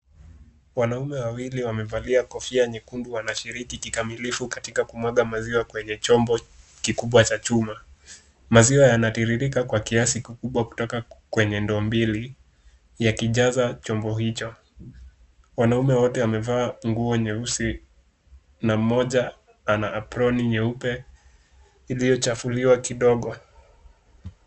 Wanaume wawili wamevalia kofia nyekundu wanashiriki kikamilifu katika kumwaga maziwa kwenye chombo kikubwa cha chuma. Maziwa yanatiririka kwa kiasi kikubwa kutoka kwenye ndoo mbili yakijaza chombo hicho. Wanaume wote wamevaa nguo nyeusi na mmoja ana aproni nyeupe iliyochafuliwa kidogo.